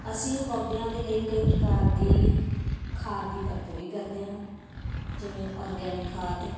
ਅਸੀਂ ਪੌਦਿਆਂ ਦੇ ਲਈ ਕਈ ਪ੍ਰਕਾਰ ਦੀ ਖਾਦ ਦੀ ਵਰਤੋਂ ਵੀ ਕਰਦੇ ਹਾਂ ਜਿਵੇਂ ਔਰਗੈਨਿਕ ਖਾਦ